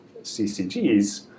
CCGs